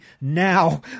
now